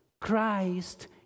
Christ